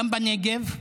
גם בנגב,